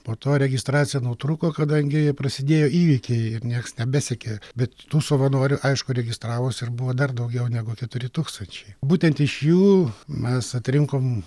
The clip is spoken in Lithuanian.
po to registracija nutrūko kadangi prasidėjo įvykiai ir nieks nebesekė bet tų savanorių aišku registravosi ir buvo dar daugiau negu keturi tūkstančiai būtent iš jų mes atrinkom